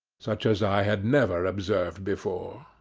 such as i had never observed before.